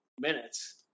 minutes –